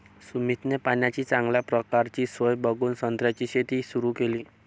सुमितने पाण्याची चांगल्या प्रकारची सोय बघून संत्र्याची शेती सुरु केली